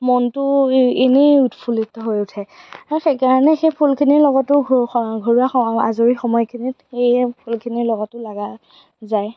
মনটো এ এনেই উৎফুল্লত হৈ উঠে মই সেইকাৰণে সেই ফুলখিনিৰ লগতো ঘ ঘৰুৱা স আজৰি সময়খিনিত এই ফুলখিনিৰ লগতো লাগা যায়